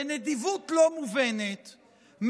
בנדיבות לא מובנת,